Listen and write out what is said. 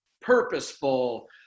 purposeful